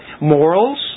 Morals